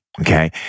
Okay